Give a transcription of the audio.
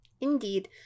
Indeed